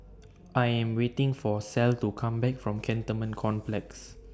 I Am waiting For Clell to Come Back from Cantonment Complex